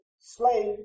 slave